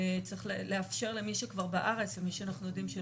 צריך לחנך את האנשים לעשות את זה.